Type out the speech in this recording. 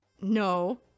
no